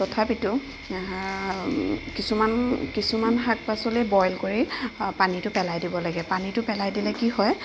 তথাপিতো কিছুমান কিছুমান শাক পাচলি বইল কৰি পানীটো পেলাই দিব লাগে পানীটো পেলাই দিলে কি হয়